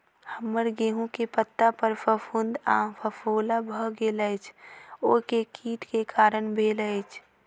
हम्मर गेंहूँ केँ पत्ता पर फफूंद आ फफोला भऽ गेल अछि, ओ केँ कीट केँ कारण भेल अछि?